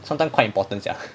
sometime quite important sia